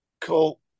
Cool